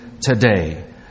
today